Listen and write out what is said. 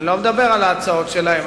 אני לא מדבר על ההצעות שלהם,